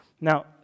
Now